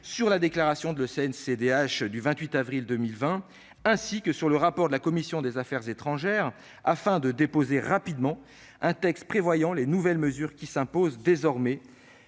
droits de l'homme (CNCDH) du 28 avril 2020, ainsi que sur le rapport de la commission des affaires étrangères. Il faut déposer rapidement un texte prévoyant les nouvelles mesures qui s'imposent désormais.